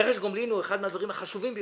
רכש גומלין הוא אחד מהדברים החשובים ביותר,